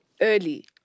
early